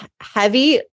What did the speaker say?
heavy